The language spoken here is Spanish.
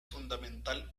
fundamental